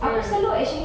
mm